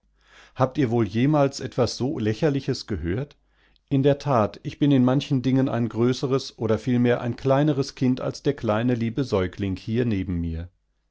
habt ihr wohl jemals etwas so lächerliches gehört in der tat ich bin in manchen dingen ein größeres oder vielmehr ein kleineres kind als der kleine liebe säuglinghiernebenmir mistreßjazephgabkeineantwort